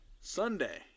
Sunday